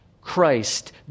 Christ